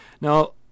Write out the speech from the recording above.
Now